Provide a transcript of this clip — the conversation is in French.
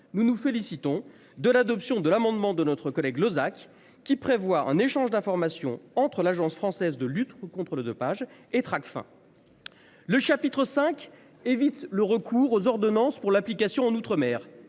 Nous nous félicitons de l'adoption de l'amendement de notre collègue Lozach, qui prévoit un échange d'informations entre l'Agence française de lutte contre le dopage et Tracfin. Le chapitre 5 évite le recours aux ordonnances pour l'application en outre-mer